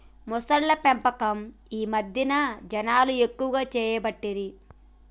మొసళ్ల పెంపకం ఈ మధ్యన జనాలు ఎక్కువ చేయబట్టిరి